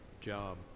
job